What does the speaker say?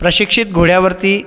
प्रशिक्षित घोड्यावरती